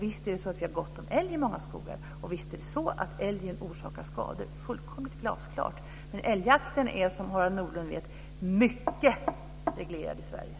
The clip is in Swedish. Visst har vi gott om älg i många skogar. Visst är det så att älgen orsakar skador. Det är fullständigt glasklart. Men älgjakten är, som Harald Nordlund vet, mycket reglerad i Sverige.